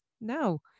No